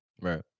right